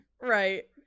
Right